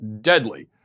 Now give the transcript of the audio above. deadly